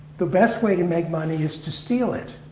the best way to make money is to steal it.